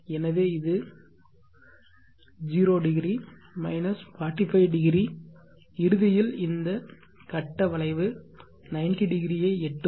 எனவே இது 0 ° 45 ° இறுதியில் இந்த கட்ட வளைவு 90° ஐ எட்டும்